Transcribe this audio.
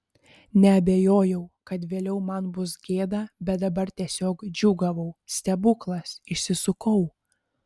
neabejojau kad vėliau man bus gėda bet dabar tiesiog džiūgavau stebuklas išsisukau